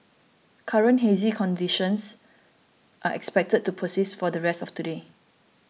current hazy conditions are expected to persist for the rest of today